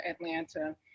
Atlanta